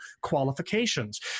qualifications